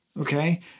Okay